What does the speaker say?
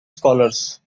scholars